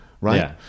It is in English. right